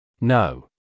no